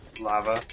lava